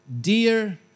dear